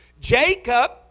Jacob